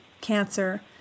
cancer